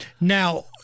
now